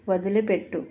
వదిలిపెట్టు